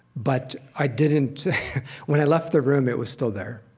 but, i didn't when i left the room it was still there.